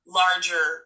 larger